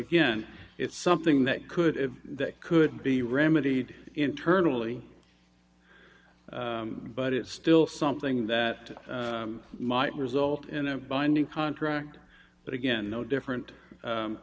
again it's something that could that could be remedied internally but it's still something that might result in a binding contract but again no different